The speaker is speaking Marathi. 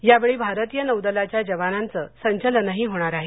यावेळी भारतीय नौदलच्या जवानांचं संचलनही होणार आहे